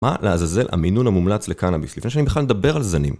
מה לעזאזל המינון המומלץ לקנאביס? לפני שאני בכלל מדבר על זנים.